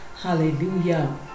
Hallelujah